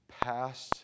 past